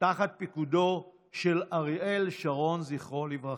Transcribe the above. תחת פיקודו של אריאל שרון, זכרו לברכה.